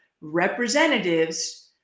representatives